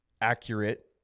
accurate